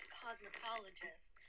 cosmetologist